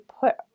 put